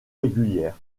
régulière